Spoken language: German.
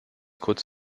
kurz